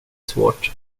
svårt